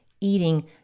eating